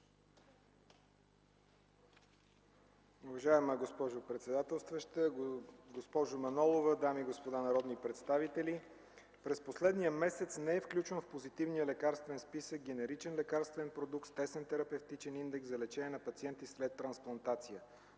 Уважаема госпожо председателстваща, госпожо Манолова, дами и господа народни представители! През последния месец не е включван в Позитивния лекарствен списък генеричен лекарствен продукт с тесен терапевтичен индекс за лечение на пациенти след трансплантация.